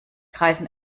kreisen